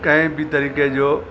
कंहिं बि तरीक़े जो